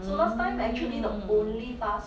mm